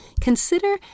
consider